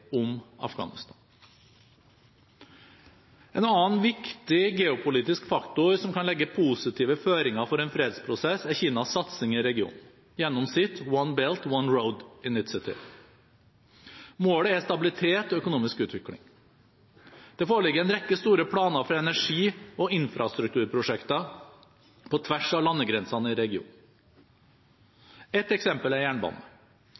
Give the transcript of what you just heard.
om Afghanistan. En annen viktig geopolitisk faktor som kan legge positive føringer for en fredsprosess, er Kinas satsing i regionen gjennom sitt «One Belt, One Road Initiative». Målet er stabilitet og økonomisk utvikling. Det foreligger en rekke store planer for energi- og infrastrukturprosjekter på tvers av landegrensene i regionen. Et eksempel er